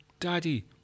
Daddy